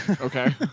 Okay